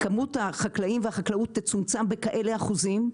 כמות החקלאים והחקלאות תצומצם בכאלה אחוזים,